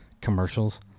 commercials